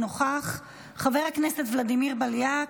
אינו נוכח, חבר הכנסת ולדימיר בליאק,